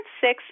six